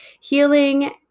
healing